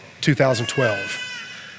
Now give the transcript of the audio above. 2012